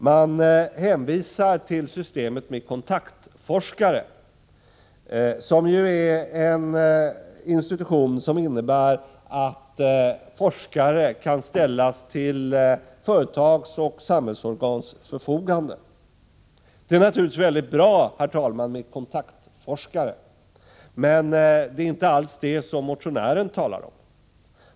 Man hänvisar till systemet med kontaktforskare, en institution som innebär att forskare kan ställas till företags och samhällsorgans förfogande. Det är naturligtvis väldigt bra, herr talman, med kontaktforskare, men det är inte alls detta som motionären talar om.